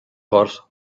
cars